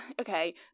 okay